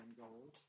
gold